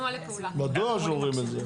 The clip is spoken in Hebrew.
בדואר שולחים את זה.